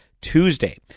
Tuesday